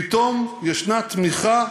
פתאום יש תמיכה,